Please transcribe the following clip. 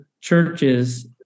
churches